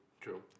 true